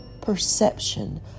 perception